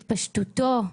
התפשטותו,